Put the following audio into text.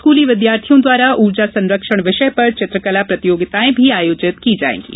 स्कूली विद्यार्थियों द्वारा ऊर्जा संरक्षण विषय पर चित्रकला प्रतियोगितायें भी आयोजित की जायेगीं